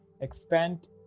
Expand